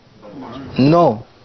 No